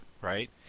right